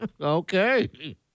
Okay